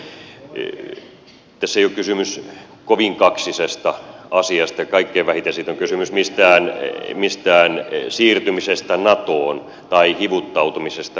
tässä ei ole kysymys kovin kaksisesta asiasta ja kaikkein vähiten siinä on kysymys mistään siirtymisestä natoon tai hivuttautumisesta natoon